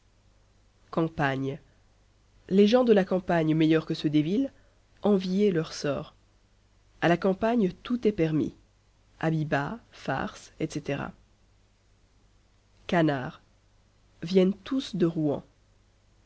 campagne les gens de la campagne meilleurs que ceux des villes envier leur sort a la campagne tout est permis habits bas farces etc canards viennent tous de rouen